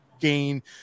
gain